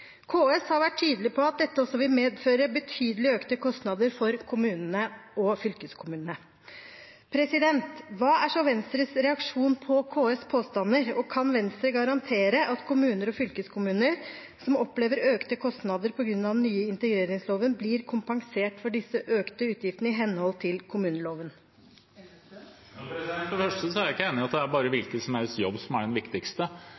KS har vært tydelig på at dette også vil medføre betydelig økte kostnader for kommunene og fylkeskommunene. Hva er så Venstres reaksjon på KS’ påstander? Og kan Venstre garantere at kommuner og fylkeskommuner som opplever økte kostnader på grunn av den nye integreringsloven, blir kompensert for disse økte utgiftene i henhold til kommuneloven? For det første er jeg ikke enig i at det bare er en hvilken som helst jobb som er det viktigste.